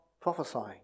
prophesying